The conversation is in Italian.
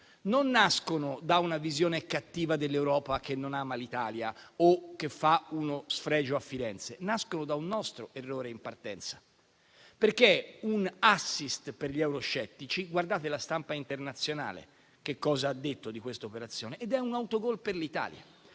non nascono da una visione cattiva dell'Europa, che non ama l'Italia o che fa uno sfregio a Firenze, ma nascono da un nostro errore in partenza. È un *assist* per gli euroscettici (guardate la stampa internazionale cosa ha detto di questa operazione) ed è un autogol per l'Italia.